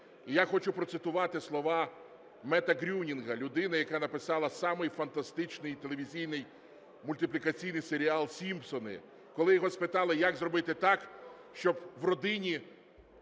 І я хочу процитувати слова Мета Грейнінга- людини, яка написала самий фантастичний телевізійний мультиплікаційний серіал "Сімпсони". Коли його спитали, як зробити так, щоб в родині